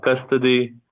custody